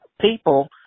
people